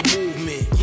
movement